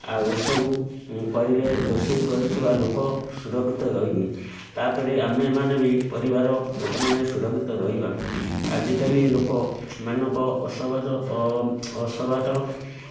ଆଉ ଏସବୁ କରିଲେ ରୋଷେଇ କରୁଥିବା ଲୋକ ସୁରକ୍ଷିତ ରହିବେ ତାପରେ ଆମେ ମାନେ ବି ପରିବାର ଲୋକମାନେ ସୁରକ୍ଷିତ ରହିବା ଆଜିକାଲି ଲୋକ ମାନଙ୍କ